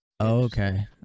Okay